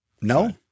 No